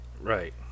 Right